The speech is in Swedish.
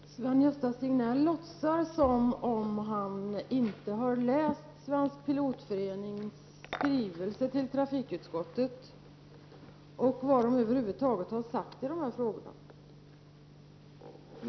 Herr talman! Sven-Gösta Signell låtsas som om han inte har läst Svenska pilotföreningens skrivelse till trafikutskottet och vad föreningen över huvud taget har sagt i dessa frågor.